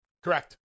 Correct